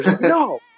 No